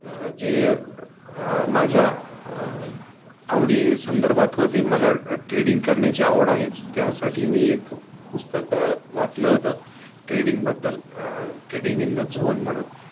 जे माझ्या आवडी संदर्भात होते मला ट्रेडिंग करण्या्ची आवड आहे त्यासाठी मी एक पुस्तक वाचलं होतं ट्रेडिंगबद्दल ट्रेडिंग इन द झोन म्हणून